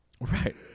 Right